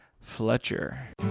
Fletcher